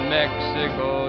mexico